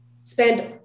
spend